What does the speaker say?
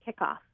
kickoff